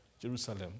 Jerusalem